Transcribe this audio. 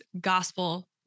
gospel